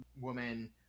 woman